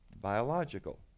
biological